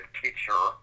teacher